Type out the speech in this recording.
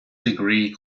degree